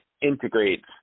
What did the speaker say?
integrates